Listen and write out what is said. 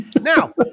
Now